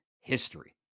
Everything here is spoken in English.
history